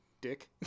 dick